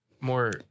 more